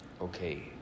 okay